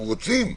אנחנו רוצים בו.